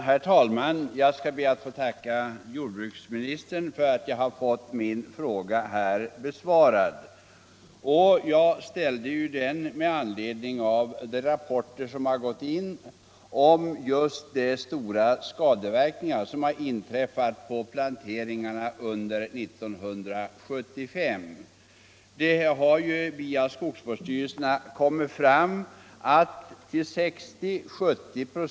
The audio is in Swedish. Herr talman! Jag ber att få tacka jordbruksministern för att jag har fått min fråga besvarad. Jag framställde min fråga med anledning av de rapporter som kommit in om de stora skadeverkningarna på planteringarna under 1975. Via skogsvårdsstyrelserna har det framkommit att 60 å 70 ".